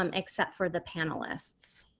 um except for the panelists.